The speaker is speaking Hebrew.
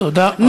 תודה רבה.